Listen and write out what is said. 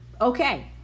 okay